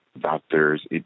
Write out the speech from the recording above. doctors